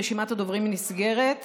רשימת הדוברים נסגרת.